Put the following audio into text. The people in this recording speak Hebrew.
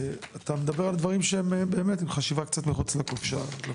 אתה מדבר על דברים שהם באמת עם חשיבה מחוץ לקופסה.